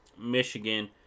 Michigan